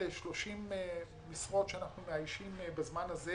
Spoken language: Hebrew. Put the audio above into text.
ל-30 משרות שאנחנו מאיישים בזמן הזה,